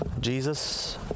Jesus